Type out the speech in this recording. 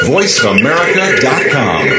VoiceAmerica.com